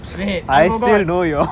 wait I forgot